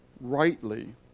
rightly